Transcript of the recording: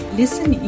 listen